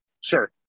Sure